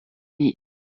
niet